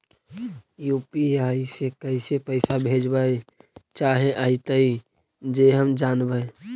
UPI से कैसे पैसा भेजबय चाहें अइतय जे हम जानबय?